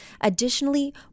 Additionally